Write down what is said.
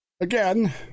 Again